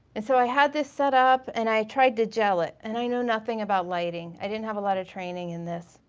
and so i had this set up and i tried to gel it and i knew nothing about lighting. i didn't have a lot of training in this.